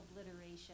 obliteration